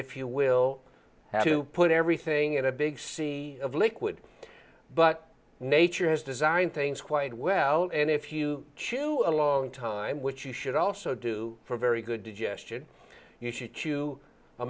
if you will have to put everything in a big sea of liquid but nature has designed things quite well and if you chew a long time which you should also do for very good to gesture you should